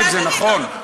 זה לא נכון.